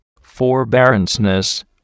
forbearance